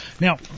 Now